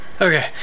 Okay